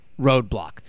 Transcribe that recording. roadblock